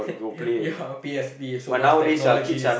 ya P_S_P so much technologies